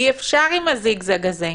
אי-אפשר עם הזיגזג הזה.